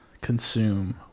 consume